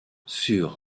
sur